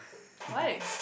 why